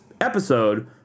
episode